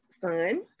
son